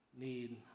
need